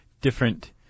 different